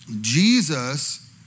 Jesus